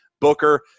Booker